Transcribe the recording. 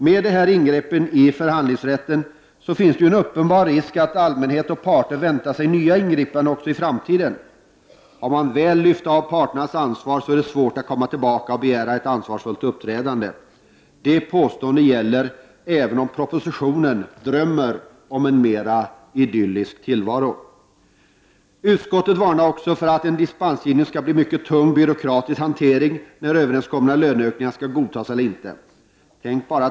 Med dessa ingrepp i förhandlingsrätten finns det en uppenbar risk att allmänheten och parterna väntar sig nya ingripanden också i framtiden. Har man väl lyft av parternas ansvar så är det svårt att komma tillbaka och begära ett ansvarsfullt uppträdande. Det påståendet gäller, även om man i propositionen drömmer om en mer idyllisk tillvaro. Utskottet varnar också för att en dispensgivning, när överenskomna löneökningar skall godtas eller inte, kan bli en mycket tung byråkratisk hantering.